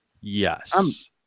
Yes